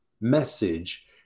message